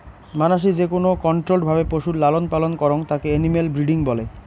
মানাসি যেকোন কন্ট্রোল্ড ভাবে পশুর লালন পালন করং তাকে এনিম্যাল ব্রিডিং বলে